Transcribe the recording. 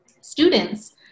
students